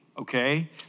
okay